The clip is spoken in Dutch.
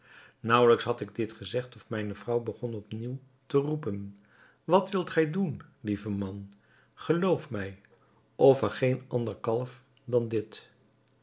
naauwelijks had ik dit gezegd of mijne vrouw begon op nieuw te roepen wat wilt gij doen lieve man geloof mij offer geen ander kalf dan dit